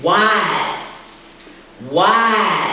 y y